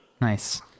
Nice